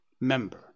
member